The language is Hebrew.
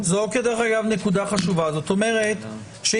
כמו שאומרת היועצת המשפטית,